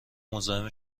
مزاحم